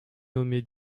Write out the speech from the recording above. nommé